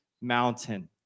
mountain